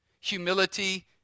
Humility